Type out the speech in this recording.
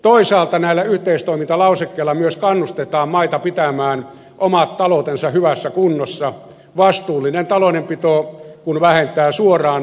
toisaalta näillä yhteistoimintalausekkeilla myös kannustetaan maita pitämään omat taloutensa hyvässä kunnossa vastuullinen taloudenpito kun vähentää suoraan lainanhoidon kustannuksia